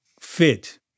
fit